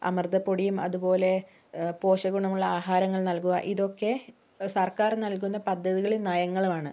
അമൃതം പൊടിയും അതുപോലെ പോഷക ഗുണമുള്ള ആഹാരങ്ങൾ നൽകുക ഇതൊക്കെ സർക്കാർ നൽകുന്ന പദ്ധതികളും നയങ്ങളുമാണ്